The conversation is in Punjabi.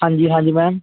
ਹਾਂਜੀ ਹਾਂਜੀ ਮੈਮ